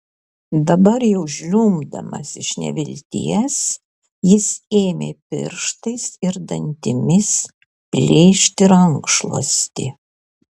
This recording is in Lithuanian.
dabar jau žliumbdamas iš nevilties jis ėmė pirštais ir dantimis plėšti rankšluostį